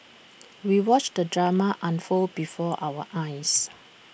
we watched the drama unfold before our eyes